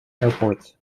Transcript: airports